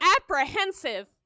apprehensive